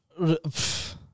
Pfft